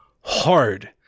hard